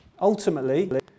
Ultimately